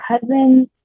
cousin's